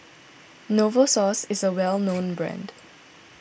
Novosource is a well known brand